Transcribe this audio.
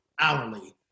hourly